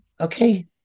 okay